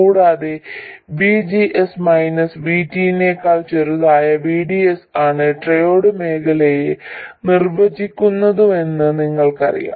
കൂടാതെ VGS minus VT നേക്കാൾ ചെറുതായ VDS ആണ് ട്രയോഡ് മേഖലയെ നിർവചിച്ചിരിക്കുന്നതെന്ന് ഞങ്ങൾക്കറിയാം